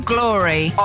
Glory